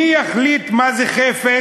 מי יחליט מה זה חפץ,